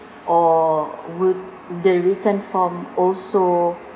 or would the written form also